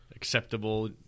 acceptable